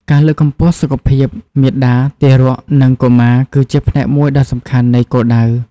ការលើកកម្ពស់សុខភាពមាតា ទារក និងកុមារគឺជាផ្នែកមួយដ៏សំខាន់នៃគោលដៅ។